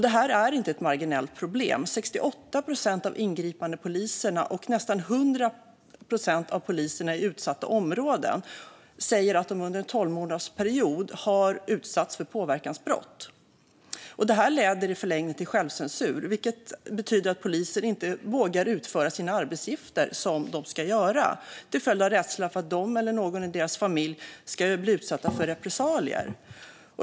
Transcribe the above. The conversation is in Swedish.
Detta är inte ett marginellt problem. 68 procent av ingripandepoliserna och nästan 100 procent av poliserna i utsatta områden säger att de under en tolvmånadersperiod har utsatts för påverkansbrott. Detta leder i förlängningen till självcensur, alltså att poliser inte vågar utföra sina arbetsuppgifter till följd av rädsla för att de eller någon i deras familjer ska bli utsatta för repressalier.